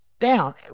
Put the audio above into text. Down